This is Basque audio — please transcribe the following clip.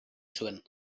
zuen